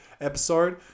episode